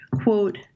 quote